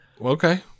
Okay